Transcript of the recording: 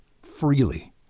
freely